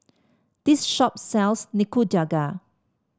this shop sells Nikujaga